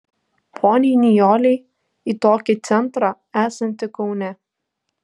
poniai nijolei į tokį centrą esantį kaune